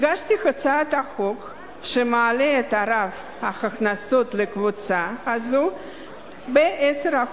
הגשתי את הצעת החוק שמעלה את רף ההכנסות לקבוצה הזו ב-10%,